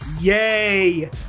Yay